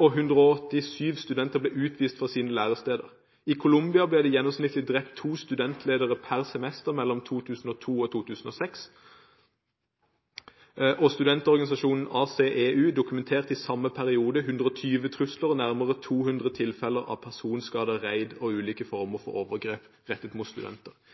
og 187 studenter ble utvist fra sine læresteder. I Colombia ble det gjennomsnittlig drept to studentledere per semester mellom 2002 og 2006, og studentorganisasjonen ACEU dokumenterte i samme periode 120 trusler og nærmere 200 tilfeller av personskader, raid og ulike former for overgrep rettet mot studenter.